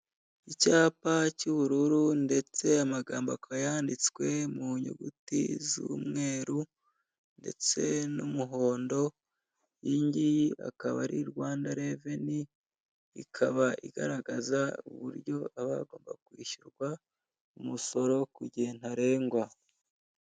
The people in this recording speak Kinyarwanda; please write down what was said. Icyapa cy'ubururu ndetse amagambo akaba yanditswe mu nyuguti z'umweru, ndetse n'umuhondo, iyi ngiyi akaba ari rwanda reveni ikaba igaragaza uburyo aba agombaga kwishyurwa umusoro ku gihe ntarengwa.